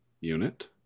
unit